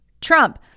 Trump